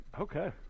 Okay